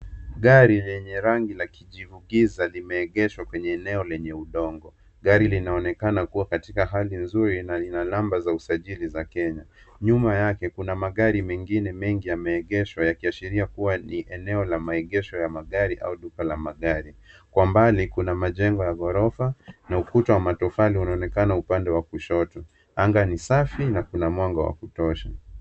Gari lenye rangi la kijivu giza, limeegeshwa kwenye eneo lenye udongo. Gari linaonekana kuwa katika hali nzuri na lina namba za usajili za kenya. Nyuma yake kuna magari mengine mengi yameegeshwa yakiashiria kuwa ni eneo la maegesho ya magari au duka la magari. Kwa mbali kuna majengo ya gorofa, na ukuta wa matofali unaonekana ukiwa upande wa kushoto. Anga ni safi na kuna mwanga wa kutosha.